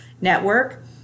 network